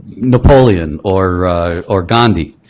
napoleon or or gandhi.